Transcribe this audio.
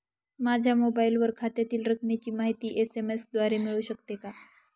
माझ्या मोबाईलवर खात्यातील रकमेची माहिती एस.एम.एस द्वारे मिळू शकते का?